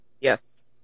yes